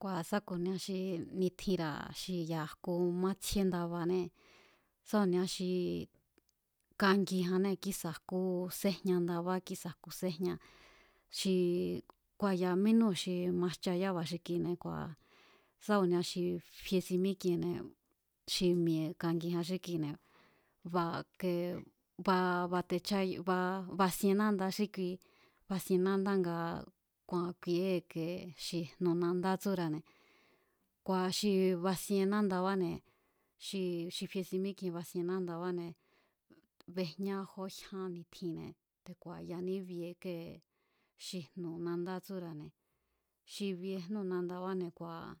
Kua̱ sá ku̱nia xi ni̱tjinra̱ xi ya̱a jku mátsjíé ndabanée̱, sá ku̱nia xi kangijannée̱ kísa̱ jku séjña ndábá kísa̱ jku séjña xi kuya̱a mínúu̱ xi majcha yába̱ xi kine̱ kua̱ sá ku̱nia xi fie si mík'ienne̱ xi mi̱e̱ kangiján xí kuine̱ ba ke batechá basien nánda xí kui basien nánda nga ku̱a̱n ku̱i̱e̱e xi jnu̱ nandá tsúra̱ne̱ kua̱ xi basien nándabáne̱ xi xi fie si mík'ien basien nándabáne̱ bejñá jó jyán ni̱tjinne̱ te̱ku̱a̱ yaní bie kíée xi jnu̱ nandá tsúra̱ne̱. Xi bie jnúu̱ nandabáne̱ kua̱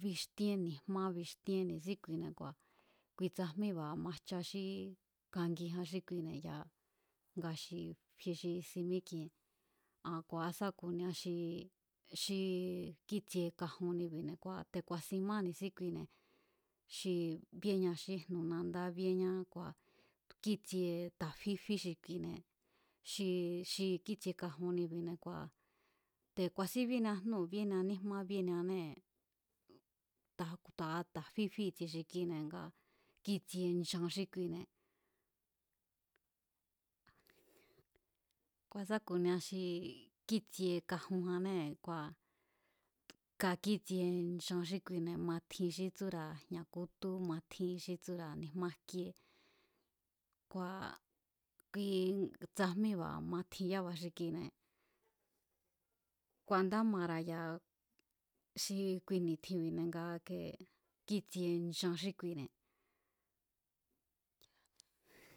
bixtíén ni̱jmá bixtíén ni̱síkuine̱ kua̱ kui tsajmíba̱ majcha xí kangijan xí kuine̱ ya̱a nga xi fie xi si mík'ien a ku̱a̱á sa ku̱nia xi xi kíi̱tsie kajunnibi̱ kua̱ te̱ ku̱a̱sin má ni̱síkuine̱ xi bíeña xí jnu̱ nandá bíeñá kua̱ kíi̱tsie ta̱fí fí xi kine̱ xi xi kíi̱tsie kajunnibi̱ne̱ kua̱ te̱ ku̱a̱sín bíénia jnúu̱ bíenia níjmá bíenianée̱ taf, tu̱a ta̱fí fí i̱tsie xi kine̱ nga kíi̱tsie nchan xí kine̱. Kua̱ sa ku̱nia xi kíi̱tsie kajunnijannée̱ kua̱ ka kíi̱tsie nchan xí kuine̱ matjin xí tsúra̱ jña̱ kútú matjin xí tsúra̱ ni̱jmá jkíé kua̱ ki tsajmíba̱ matjin yába̱ xi kine̱ kua̱ nda mara̱ ya̱a xi kui ni̱tjinbi̱ne̱ nga ikee kíi̱tsie nchan xí kuine̱.